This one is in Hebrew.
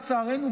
לצערנו,